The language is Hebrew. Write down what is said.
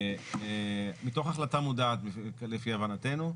מתוך החלטה מודעת, לפי הבנתנו.